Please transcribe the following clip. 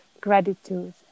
gratitude